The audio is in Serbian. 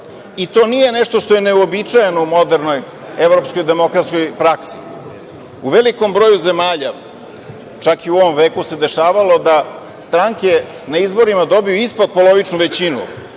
To nije nešto što je neuobičajeno u modernoj evropskoj demokratskoj praksi. U velikom broju zemalja čak i u ovom veku se dešavalo da stranke na izborima dobiju i ispodpolovičnu većinu,